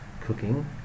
cooking